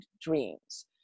dreams